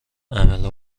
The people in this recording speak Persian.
عمل